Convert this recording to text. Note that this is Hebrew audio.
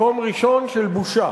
מקום ראשון של בושה.